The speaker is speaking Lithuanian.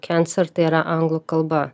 kenser tai yra anglų kalba